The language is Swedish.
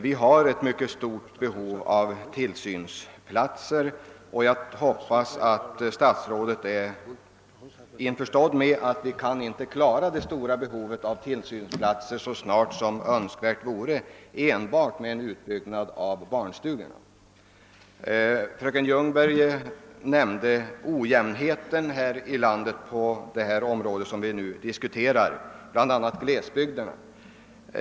Vi har ett mycket stort behov av tillsynsplatser, och jag hoppas att statsrådet är införstådd med att vi inte kan täcka detta så snart som önskvärt vore enbart med en utbyggnad av barnstugorna. Fröken Ljungberg nämnde den »ojämnhet» som vi har här i landet på det område vi nu diskuterar, bl.a. i glesbygderna.